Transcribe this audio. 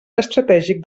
estratègic